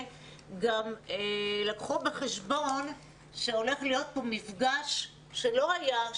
גם לקחו בחשבון שהולך להיות פה מפגש שלא היה,